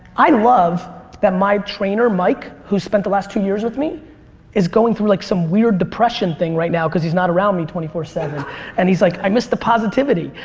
i love that my trainer mike who spent the last two years with me is going through like some weird depression thing right now cause is not around me twenty four seven and he's like i miss the positivity.